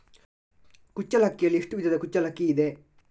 ಕುಚ್ಚಲಕ್ಕಿಯಲ್ಲಿ ಎಷ್ಟು ವಿಧದ ಕುಚ್ಚಲಕ್ಕಿ ಇದೆ?